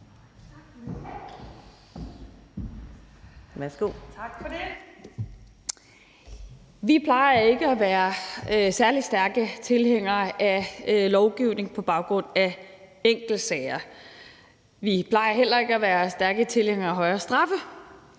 Vi plejer ikke at være særlig stærke tilhængere af lovgivning på baggrund af enkeltsager, og vi plejer heller ikke at være stærke tilhængere af højere straffe,